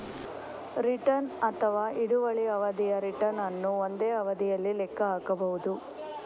return ಅಥವಾ ಹಿಡುವಳಿ ಅವಧಿಯ ರಿಟರ್ನ್ ಅನ್ನು ಒಂದೇ ಅವಧಿಯಲ್ಲಿ ಲೆಕ್ಕ ಹಾಕಬಹುದು